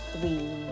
three